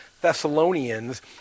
Thessalonians